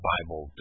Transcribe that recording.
Bible